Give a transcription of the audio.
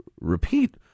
repeat